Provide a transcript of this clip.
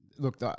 Look